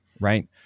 right